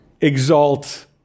exalt